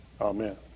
Amen